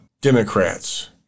Democrats